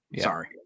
Sorry